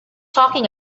talking